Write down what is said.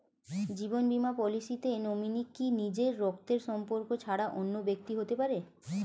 জীবন বীমা পলিসিতে নমিনি কি নিজের রক্তের সম্পর্ক ছাড়া অন্য ব্যক্তি হতে পারে?